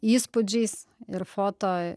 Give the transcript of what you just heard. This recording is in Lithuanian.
įspūdžiais ir foto